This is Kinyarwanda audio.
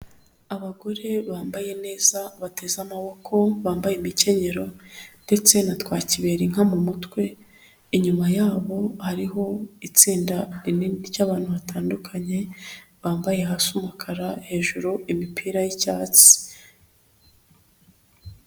Abagore bambaye neza bateze amaboko bambaye imikenyerero ndetse na twakiberinka mu mutwe, inyuma yabo hariho itsinda rinini ry'abantu batandukanye bambaye hasi umukara hejuru imipira y'icyatsi.